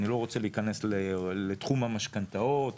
אני לא רוצה להיכנס לתחום המשכנתאות,